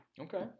Okay